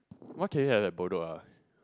what can we have at Bedok ah